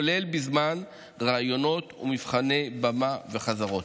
כולל בזמן ראיונות ומבחני במה וחזרות.